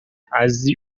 azi